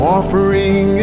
Offering